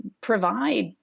provide